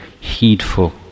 heedful